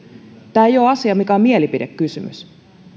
ei ole asia mikä on mielipidekysymys